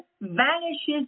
vanishes